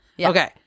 Okay